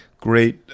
great